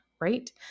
right